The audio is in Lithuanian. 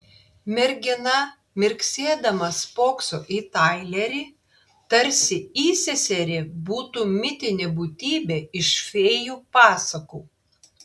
mergina mirksėdama spokso į tailerį tarsi įseserė būtų mitinė būtybė iš fėjų pasakų